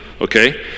okay